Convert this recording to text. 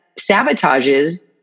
sabotages